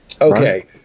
Okay